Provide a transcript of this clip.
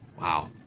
wow